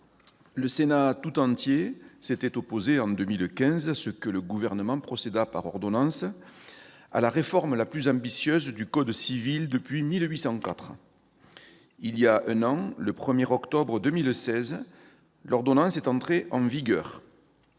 le Sénat tout entier s'était opposé, en 2015, à ce que le Gouvernement procédât par ordonnance à la réforme la plus ambitieuse du code civil depuis 1804. Il y a plus d'un an, le 1 octobre 2016, l'ordonnance est entrée en vigueur.